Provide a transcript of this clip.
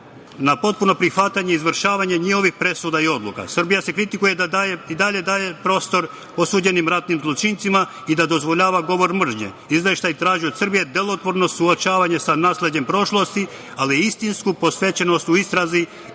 na potpuno prihvatanje, izvršavanje njihovih presuda i odluka. Srbija se kritikuje da i dalje daje prostor osuđenim ratnim zločincima i da dozvoljava govor mržnje. Izveštaj traži od Srbije delotvorno suočavanje sa nasleđem prošlosti, ali i istinsku posvećenost u istrazi